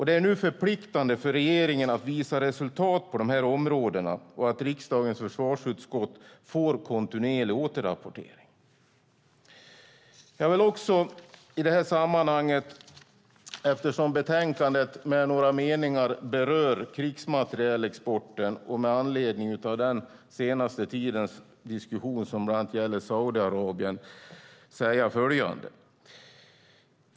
Det är nu förpliktande för regeringen att visa resultat på dessa områden och att riksdagens försvarsutskott får kontinuerlig återrapportering. Eftersom betänkandet med några meningar berör krigsmaterielexporten och med anledning av den senaste tidens diskussion som bland annat gäller Saudiarabien vill jag säga följande.